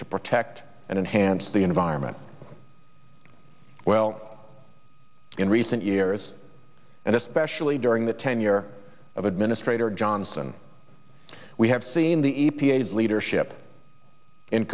to protect and enhance the environment well in recent years and especially during the tenure of administrator johnson we have seen the e p a s leadership in